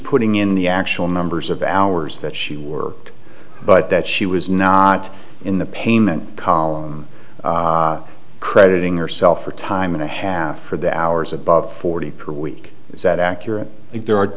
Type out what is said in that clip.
putting in the actual numbers of hours that she work but that she was not in the payment column crediting herself for time and a half for the hours above forty per week is that accurate